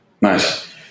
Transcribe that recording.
Nice